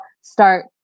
start